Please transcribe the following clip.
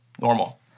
normal